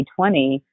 2020